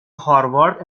هاروارد